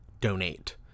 donate